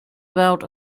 about